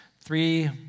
Three